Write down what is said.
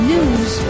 News